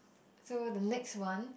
so the next one